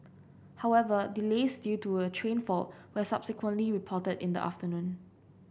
however delays due to a train fault were subsequently reported in the afternoon